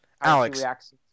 Alex